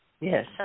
Yes